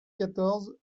quatorze